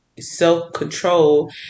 self-control